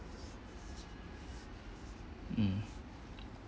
mm